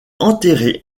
enterré